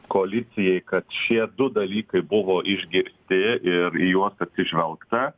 koalicijai kad šie du dalykai buvo išgirsti ir į juos atsižvelgta